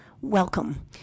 Welcome